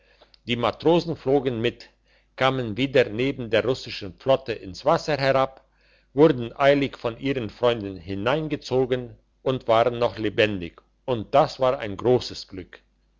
die matrosen flogen mit kamen wieder neben der russischen flotte ins wasser herab wurden eilig von ihren freunden hineingezogen und waren noch lebendig und das war ein grosses glück